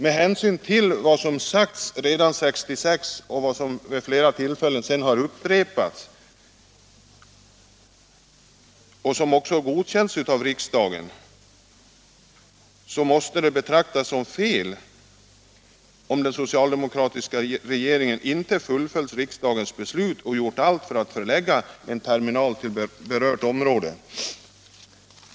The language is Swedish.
Med hänsyn till vad som sades redan 1966 och vad som senare vid flera tillfällen har upprepats och som riksdagen har ställt sig bakom hade det varit fel om den socialdemokratiska regeringen inte hade fullföljt riksdagens beslut och gjort allt för att förlägga en terminal till det berörda området.